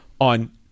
on